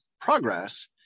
progress